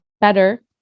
better